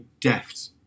deft